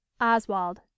oswald